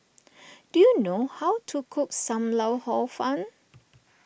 do you know how to cook Sam Lau Hor Fun